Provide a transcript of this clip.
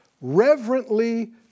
reverently